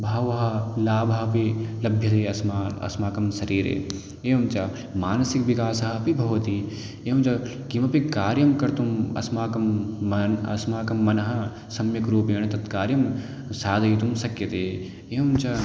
भावः लाभः अपि लभ्यते अस्माकम् अस्माकं शरीरे एवं च मानसिकविकासः अपि भवति एवं च किमपि कार्यं कर्तुम् अस्माकं मनः अस्माकं मनः सम्यक् रूपेण तत् कार्यं साधयितुं शक्यते एवं च